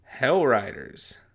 Hellriders